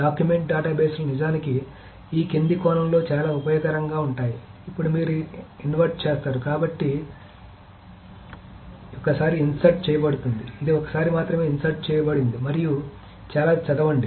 document డేటాబేస్లు నిజానికి ఈ కింది కోణంలో చాలా ఉపయోగకరంగా ఉంటాయి ఇక్కడ మీరు ఇన్సర్ట్ చేస్తారు కాబట్టి డేటా ఒకసారి ఇన్సర్ట్ చేయబడుతుంది ఇది ఒక్కసారి మాత్రమే ఇన్సర్ట్ చేయబడింది మరియు చాలా చదవండి